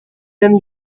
than